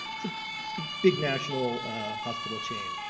so big national hospital chain.